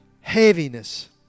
heaviness